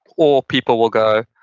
or people will go,